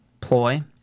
ploy